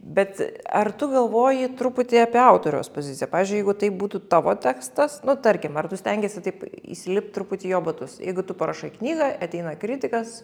bet ar tu galvoji truputį apie autoriaus poziciją pavyzdžiui jeigu tai būtų tavo tekstas nu tarkim ar tu stengiesi taip įsilipt truputį į jo batus jeigu tu parašai knygą ateina kritikas